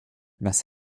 was